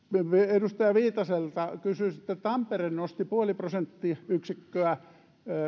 edustaja viitaselta kysyisin tampere nosti nolla pilkku viisi prosenttiyksikköä